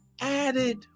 added